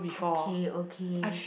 okay okay